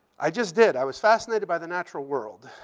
i just did. i was fascinated by the natural world.